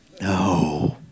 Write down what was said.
No